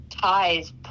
ties